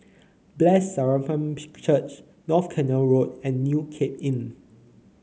Blessed Sacrament Church North Canal Road and New Cape Inn